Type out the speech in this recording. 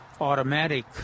automatic